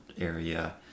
area